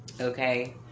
Okay